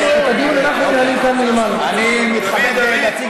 אני מתכבד להציג